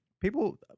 People